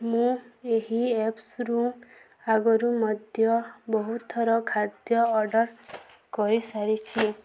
ମୁଁ ଏହି ଏପ୍ସରୁ ଆଗରୁ ମଧ୍ୟ ବହୁତ ଥର ଖାଦ୍ୟ ଅର୍ଡ଼ର କରିସାରିଛି